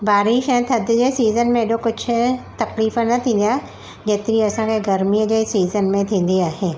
बारिश ऐं थधि जे सिज़न में हेॾो कुझु तकलीफ़ न थींदी आहे जेतिरी असांखे गर्मीअ जे सिज़न में थींदी आहे